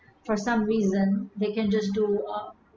for some reason they can just do uh